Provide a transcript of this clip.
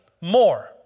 more